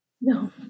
No